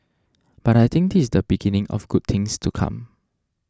but I think this is the beginning of good things to come